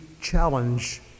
challenge